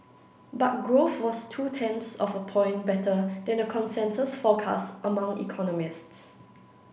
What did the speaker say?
but growth was two tenths of a point better than a consensus forecast among economists